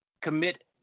Commit